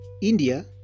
India